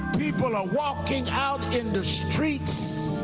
people are walking out in the streets,